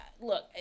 look